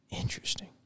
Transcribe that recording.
Interesting